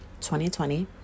2020